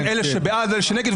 אני יודע שזה קשה.